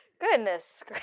Goodness